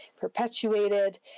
perpetuated